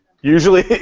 Usually